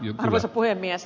arvoisa puhemies